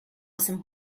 sem